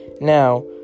Now